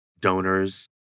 donors